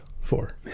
Four